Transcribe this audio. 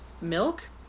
milk